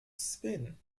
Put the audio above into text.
spin